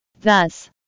Thus